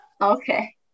okay